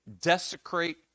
desecrate